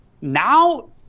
now